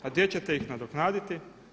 A gdje ćete ih nadoknaditi?